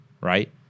right